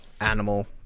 animal